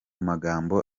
magambo